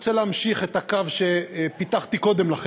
רוצה להמשיך את הקו שפיתחתי קודם לכן.